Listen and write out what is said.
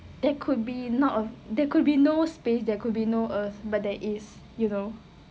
there could be not of there could be no space there could be no earth but there is you know